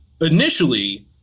initially